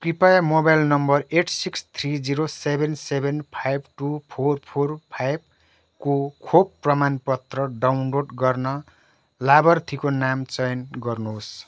कृपया mobile number eight six three zero seven seven five two four four five को खोप प्रमाणपत्र download गर्न लाभार्थीको नाम चयन गर्नुहोस्